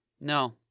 No